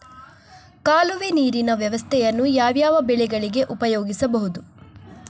ಕಾಲುವೆ ನೀರಿನ ವ್ಯವಸ್ಥೆಯನ್ನು ಯಾವ್ಯಾವ ಬೆಳೆಗಳಿಗೆ ಉಪಯೋಗಿಸಬಹುದು?